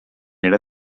era